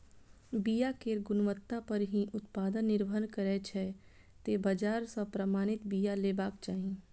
बिया केर गुणवत्ता पर ही उत्पादन निर्भर करै छै, तें बाजार सं प्रमाणित बिया लेबाक चाही